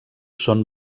són